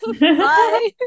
Bye